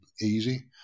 easy